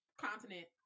continent